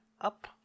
up